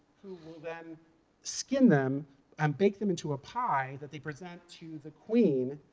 who will then skin them and bake them into a pie that they present to the queen.